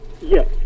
yes